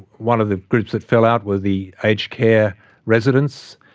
one of the groups that fell out were the aged care residents,